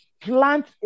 plant